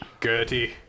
Gertie